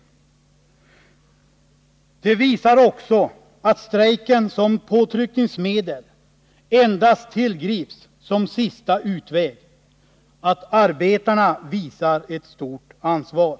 Exemplet visar också att strejken som påtryckningsmedel endast tillgrips som sista utväg och att arbetarna visar ett stort ansvar.